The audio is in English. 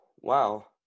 Wow